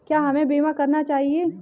क्या हमें बीमा करना चाहिए?